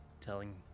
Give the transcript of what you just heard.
telling